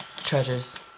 Treasures